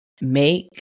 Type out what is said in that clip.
Make